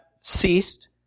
ceased